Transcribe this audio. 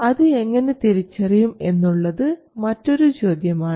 അത് എങ്ങനെ തിരിച്ചറിയും എന്നുള്ളത് മറ്റൊരു ചോദ്യമാണ്